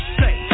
say